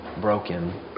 broken